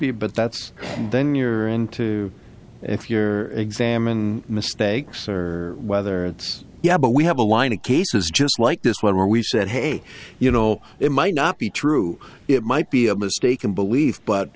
be but that's then you're into if you're examine mistakes or whether it's yeah but we have a line of cases just like this one where we said hey you know it might not be true it might be a mistaken belief but